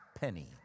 penny